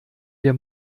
wir